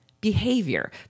behavior